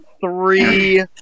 three